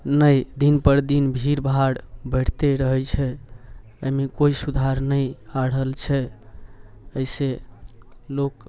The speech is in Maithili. नओ दिनपर दिन भीड़भाड़ बढ़िते रहै छै अइमे कोइ सुधार नहि आ रहल छै अइसँ लोक